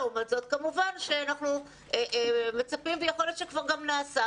לעומת זאת אנחנו מצפים ויכול להיות שכבר נעשה,